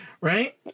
right